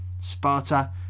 Sparta